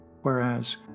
whereas